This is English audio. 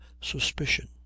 suspicion